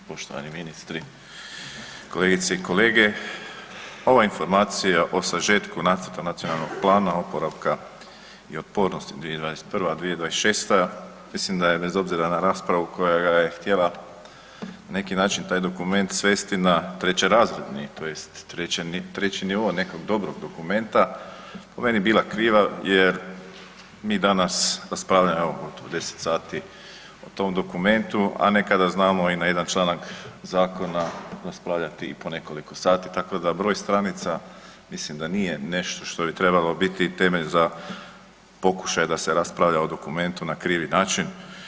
Poštovani ministri, kolegice i kolege, ova informacija o sažetku nacrta Nacionalnog plana oporavka i otpornosti 2021.-2026. mislim da je bez obzira na raspravu koja ga je htjela na neki način taj dokument svesti na trećerazredni tj. treći nivo nekog dobrog dokumenta po meni bila kriva jer mi danas raspravljamo evo gotovo 10 sati o tom dokumentu, a nekada znamo i na jedan članak zakona raspravljati i po nekoliko sati, tako da broj stranica mislim da nije nešto što bi trebalo biti temelj za pokušaj da se raspravlja o dokumentu na krivi način.